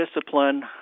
discipline